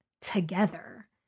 together